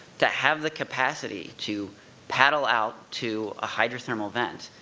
to have the capacity to paddle out to a hydrothermal vent,